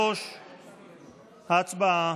3. הצבעה.